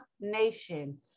nation